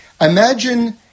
imagine